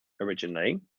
originally